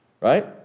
Right